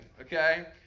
okay